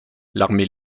l’armée